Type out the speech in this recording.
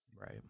Right